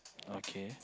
okay